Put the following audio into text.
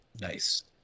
Nice